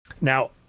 Now